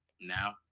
Now